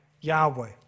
Yahweh